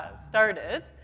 started,